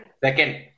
Second